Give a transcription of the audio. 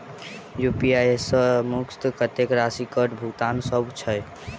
UPI सऽ एक मुस्त कत्तेक राशि कऽ भुगतान सम्भव छई?